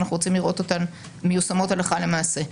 אנחנו רוצים לראות אותן מיושמות הלכה למעשה.